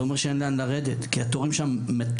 זה אומר שאין לאן לרדת כי התורים שם מטורפים.